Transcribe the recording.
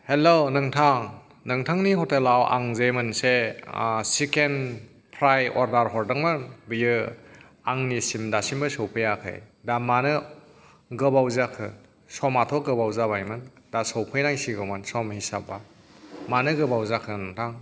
हेल' नोथां नोथांनि हटेला व आं जे मोनसे चिकेन फ्राइ अर्डार हरदोंमोन बियो आंनिसिम दासिमबो सौफैयाखै दा मानो गोबाव जाखो समाथ' गोबाव जाबायमोन दा सफैनांसिगौमोन सम हिसाबै मानो गोबाव जाखो नोंथां